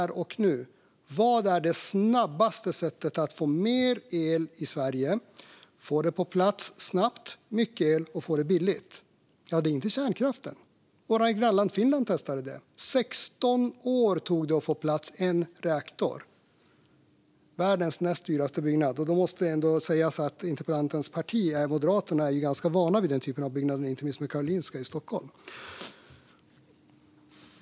Ja, vad är det snabbaste sättet att få mer el i Sverige snabbt och billigt? Det är inte kärnkraft. Vårt grannland Finland testade det. 16 år tog det att få en reaktor på plats - världens näst dyraste byggnad. Och då måste det ändå sägas att interpellantens parti, Moderaterna, är rätt vana vid sådana byggnader, inte minst med tanke på Karolinska i Stockholm.